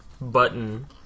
button